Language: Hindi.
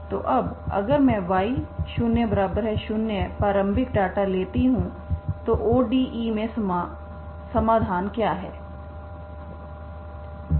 तो अब अगर मैं y0 0 प्रारंभिक डेटा लेती हूं तो ODE में समाधान क्या है